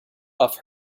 off